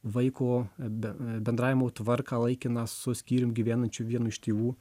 vaiko be bendravimo tvarką laikiną su skyrium gyvenančiu vienu iš tėvų